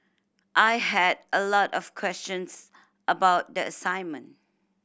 I had a lot of questions about the assignment